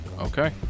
okay